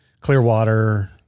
Clearwater